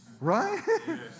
right